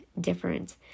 different